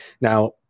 Now